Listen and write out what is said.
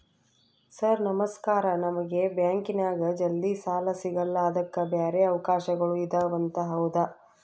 Sir ನಮಸ್ಕಾರ ನಮಗೆ ಬ್ಯಾಂಕಿನ್ಯಾಗ ಜಲ್ದಿ ಸಾಲ ಸಿಗಲ್ಲ ಅದಕ್ಕ ಬ್ಯಾರೆ ಅವಕಾಶಗಳು ಇದವಂತ ಹೌದಾ?